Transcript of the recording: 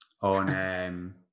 on